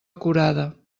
acurada